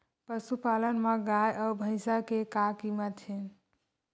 पशुपालन मा गाय अउ भंइसा के का कीमत हे?